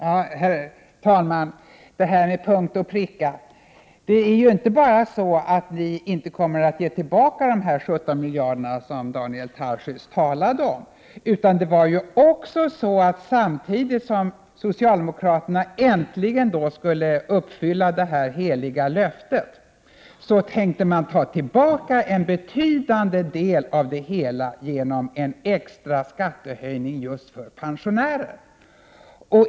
Herr talman! Det här med punkt och pricka — det är ju inte bara så, att ni inte kommer att ge tillbaka de 17 miljarder som Daniel Tarschys talade om, utan samtidigt som socialdemokraterna äntligen skulle uppfylla det heliga löftet tänkte man ta tillbaka en betydande del av det hela genom en extra skattehöjning för just pensionärer.